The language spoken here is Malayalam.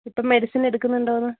ഇപ്പം മെഡിസിനെടുക്കുന്നുണ്ടോ എന്ന്